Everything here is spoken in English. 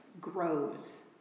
grows